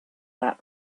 that